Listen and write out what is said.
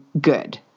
good